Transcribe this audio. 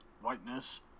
whiteness